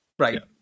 Right